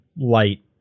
light